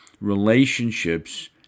relationships